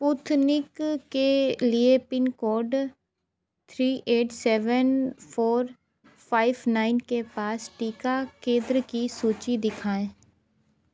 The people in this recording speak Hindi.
पुतनिक के लिए pin code three eight seven four five nine के पास टीका केंद्र की सूची दिखाएँ